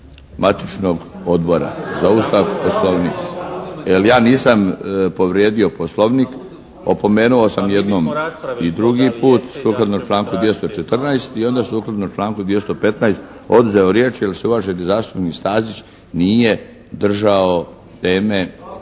matičnog Odbora za Ustav i Poslovnik. Jer ja nisam povrijedio Poslovnik. Opomenuo sam jednom i drugi put sukladno članku 214. I onda sukladno članku 215. oduzeo riječ jer se uvaženi zastupnik Stazić nije držao teme.